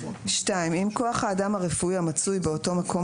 "(2)אם כוח האדם הרפואי המצוי באותו מקום